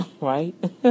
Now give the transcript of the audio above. right